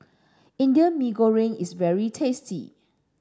Indian Mee Goreng is very tasty